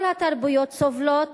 כל התרבויות סובלות,